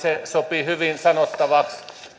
sopii hyvin sanottavaksi